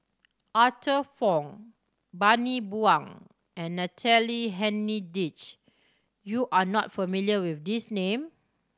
Arthur Fong Bani Buang and Natalie Hennedige you are not familiar with these name